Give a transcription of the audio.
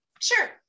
Sure